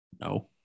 No